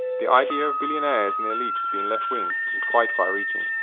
the idea of billionaires and the elites being left wing is quite far reaching.